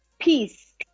peace